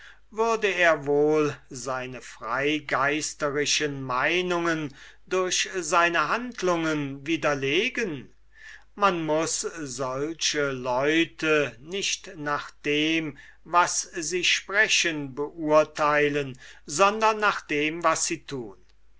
würde er wohl seine freigeisterischen meinungen durch seine handlungen widerlegen man muß solche leute nicht nach dem was sie sprechen beurteilen sondern nach dem was sie tun